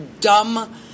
dumb